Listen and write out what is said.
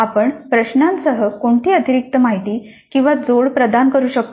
आपण प्रश्नांसह कोणती अतिरिक्त माहिती किंवा जोड प्रदान करू शकतो